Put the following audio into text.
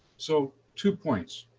so two points.